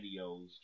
videos